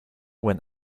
went